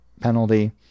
penalty